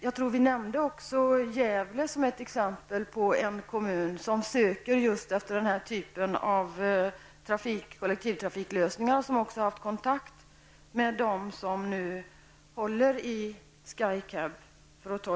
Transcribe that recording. Jag tror att Gävle kommun har nämnts som exempel på en kommun som efterlyser just den här typen av kollektivtrafiklösning och som har haft kontakt med dem som håller i Sky Cabprojektet.